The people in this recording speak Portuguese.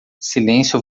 silêncio